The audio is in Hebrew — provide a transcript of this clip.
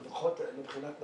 לפחות מבחינת נדל"ן,